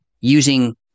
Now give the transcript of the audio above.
using